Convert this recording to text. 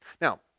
Now